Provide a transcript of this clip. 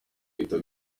uhita